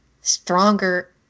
stronger